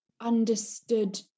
understood